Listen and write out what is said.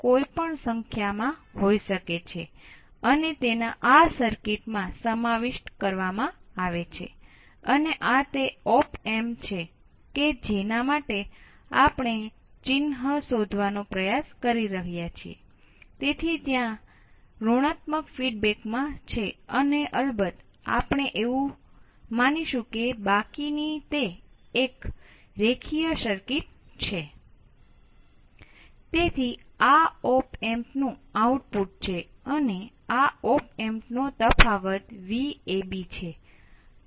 પરંતુ મોટાભાગની standard op amp amplification વચ્ચે જોડાયેલ છે અને આ VSS હોવું જોઈએ